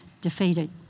defeated